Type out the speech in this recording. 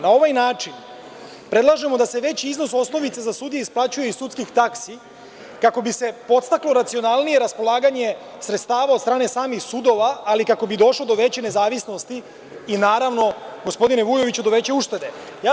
Na ovaj način, predlažemo da se veći iznos osnovice za sudije isplaćuje iz sudskih taksi, kako bi se podstaklo racionalnije raspolaganje sredstava od strane samih sudova, ali kako bi došlo do veće nezavisnosti i, naravno, do veće uštede.